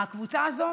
הקבוצה הזו